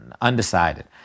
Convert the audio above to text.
undecided